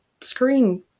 screen